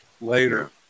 Later